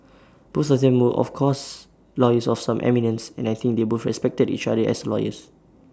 both of them were of course lawyers of some eminence and I think they both respected each other as lawyers